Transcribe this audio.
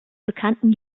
bekannten